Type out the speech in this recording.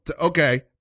okay